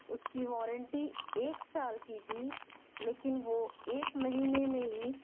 اس کی وانٹی ایک سال کی تھی لیکن وہ ایک مہینے میں ہی